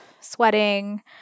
sweating